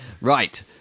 Right